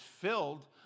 filled